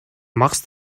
machst